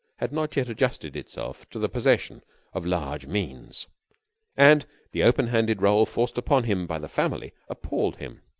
had not yet adjusted itself to the possession of large means and the open-handed role forced upon him by the family appalled him.